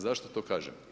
Zašto to kažem?